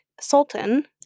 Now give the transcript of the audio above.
sultan